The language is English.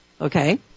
Okay